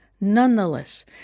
nonetheless